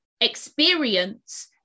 experience